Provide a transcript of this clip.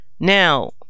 now